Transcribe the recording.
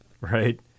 right